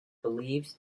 believed